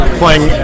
playing